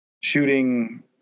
shooting